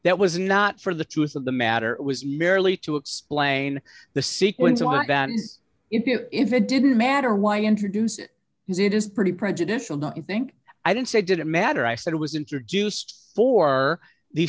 that was not for the truth of the matter it was merely to explain the sequence of battens if it didn't matter why introduce it is it is pretty prejudicial not you think i didn't say it didn't matter i said it was introduced for the